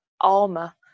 armor